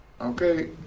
okay